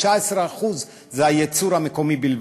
19% בלבד הייצור המקומי.